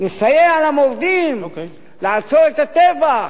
לסייע למורדים, לעצור את הטבח.